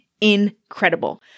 Incredible